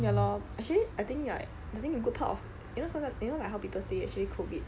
ya lor actually I think like I think the good part you know sometimes you know like how people say actually COVID